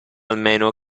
almeno